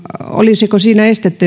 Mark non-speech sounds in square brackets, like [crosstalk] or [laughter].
olisiko sille estettä [unintelligible]